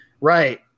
Right